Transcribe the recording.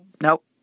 Nope